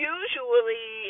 usually